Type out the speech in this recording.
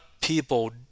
people